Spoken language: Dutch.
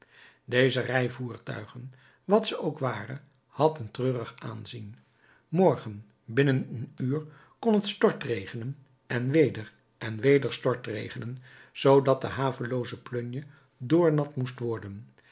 deze rij voertuigen wat ze ook ware had een treurig aanzien morgen binnen een uur kon het stortregenen en weder en weder stortregenen zoodat de havelooze plunje doornat moest worden